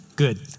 Good